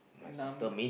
in the army